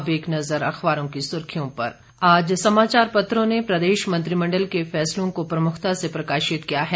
अब एक नज़र अखबारों की सुर्खियों पर आज समाचार पत्रों ने प्रदेश मंत्रिमंडल के फैसलों को प्रमुखता से प्रकाशित किया है